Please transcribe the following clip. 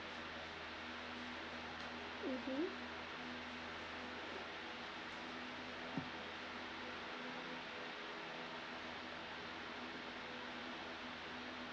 mmhmm